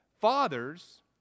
Fathers